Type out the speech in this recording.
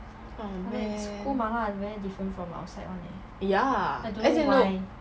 oh man ya as in no